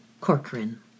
Corcoran